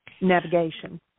navigation